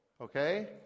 Okay